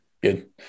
Good